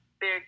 big